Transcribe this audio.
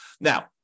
Now